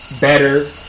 better